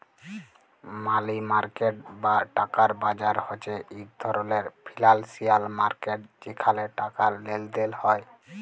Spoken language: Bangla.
মালি মার্কেট বা টাকার বাজার হছে ইক ধরলের ফিল্যালসিয়াল মার্কেট যেখালে টাকার লেলদেল হ্যয়